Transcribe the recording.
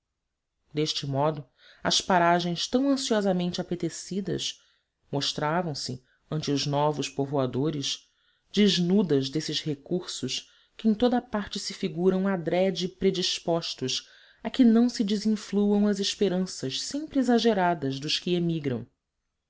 deste modo as paragens tão ansiosamente apetecidas mostravam-se ante os novos povoadores desnudas desses recursos que em toda a parte se figuram adrede predispostos a que não se desenfluam as esperanças sempre exageradas dos que emigram